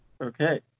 okay